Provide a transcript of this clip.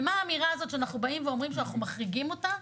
ומה האמירה הזאת שאנחנו באים ואומרים שאנחנו מחריגים אותם,